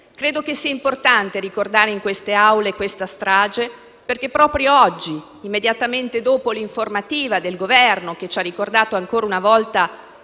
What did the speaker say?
Credo sia importante ricordare in queste Aule questa strage proprio oggi, immediatamente dopo l'informativa del Governo, che ci ha ricordato, ancora una volta,